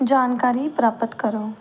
ਜਾਣਕਾਰੀ ਪ੍ਰਾਪਤ ਕਰੋ